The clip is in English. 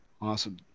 Awesome